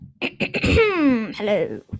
hello